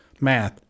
math